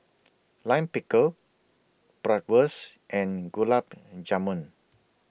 Lime Pickle Bratwurst and Gulab and Jamun